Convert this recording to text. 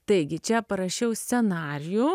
taigi čia parašiau scenarijų